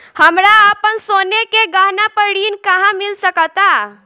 हमरा अपन सोने के गहना पर ऋण कहां मिल सकता?